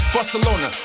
Barcelona